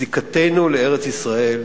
לזיקתנו לארץ-ישראל,